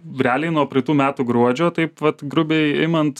realiai nuo praeitų metų gruodžio taip vad grubiai imant